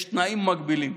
יש תנאים מגבילים,